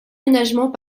ménagement